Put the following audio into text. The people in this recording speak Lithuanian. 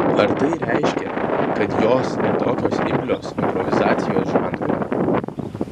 ar tai reiškia kad jos ne tokios imlios improvizacijos žanrui